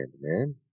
man